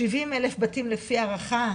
70 אלף בתים לפי הערכה,